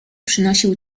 przynosił